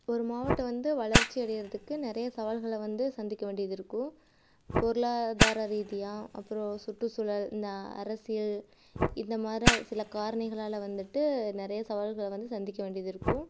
ஒரு மாவட்டம் வந்து வளர்ச்சி அடையிறதுக்கு நிறைய சவால்களை வந்து சந்திக்க வேண்டியது இருக்கும் பொருளாதார ரீதியாக அப்புறம் சுற்றுசூழல் இந்த அரசியல் இந்தமாரி சில காரணிகளால் வந்துவிட்டு நிறைய சவால்களை வந்து சந்திக்க வேண்டியது இருக்கும்